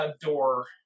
door